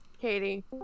Katie